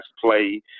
play –